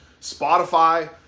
Spotify